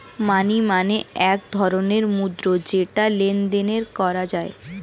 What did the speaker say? মানি মানে এক ধরণের মুদ্রা যেটা লেনদেন করা হয়